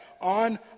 on